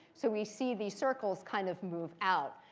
so we see these circles kind of move out.